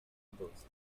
controversy